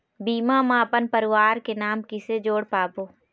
बीमा म अपन परवार के नाम किसे जोड़ पाबो?